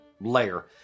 layer